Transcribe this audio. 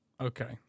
Okay